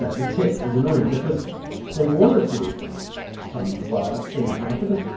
the tip is annoying. because they want to do some work in the house because,